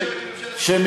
אתם לא,